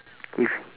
if